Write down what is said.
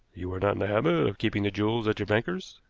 you were not in the habit of keeping the jewels at your banker's?